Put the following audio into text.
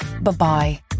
Bye-bye